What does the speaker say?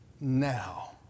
now